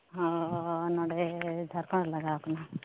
ᱦᱚᱸ ᱱᱚᱸᱰᱮ ᱡᱷᱟᱨᱠᱷᱚᱸᱰ ᱨᱮ ᱞᱟᱜᱟᱣᱟᱠᱟᱱᱟ